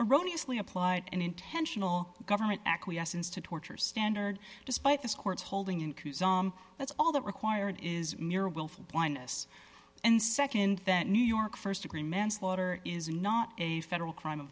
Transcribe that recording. erroneous lee applied an intentional government acquiescence to torture standard despite this court's holding and that's all that required is mere willful blindness and nd that new york st degree manslaughter is not a federal crime of